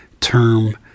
term